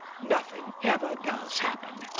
nothing ever does happen.